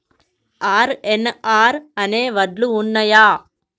RNR అనే వడ్లు ఉన్నయా?